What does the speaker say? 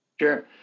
Sure